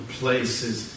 places